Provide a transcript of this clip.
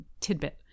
tidbit